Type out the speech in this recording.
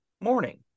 morning